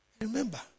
Remember